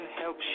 help